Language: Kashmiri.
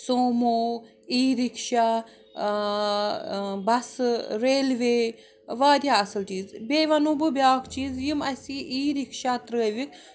سوموٗ اِی رِکشا بسہٕ ریلوے واریاہ اَصٕل چیٖز بیٚیہِ ونہو بہٕ بیٛاکھ چیٖز یِم اَسہِ یِم اِی رِکشا ترٛٲوِکھ